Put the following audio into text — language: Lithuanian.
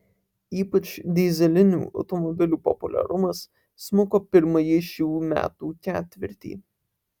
ypač dyzelinių automobilių populiarumas smuko pirmąjį šių metų ketvirtį